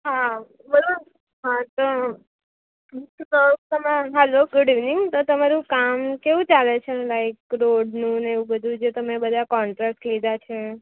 હા બોલો હા તો હું શું કહું છું તમે હલો ગુડ ઈવનિંગ તો તમારું કામ કેવી ચાલે છે લાઇક રોડનું ને એવું બધું જે તમે બધા કોન્ટ્રાક્ટ લીધા છે